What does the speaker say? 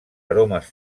aromes